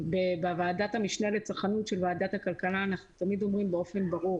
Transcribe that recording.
בוועדת המשנה לצרכנות של ועדת הכלכלה אנחנו תמיד אומרים באופן ברור,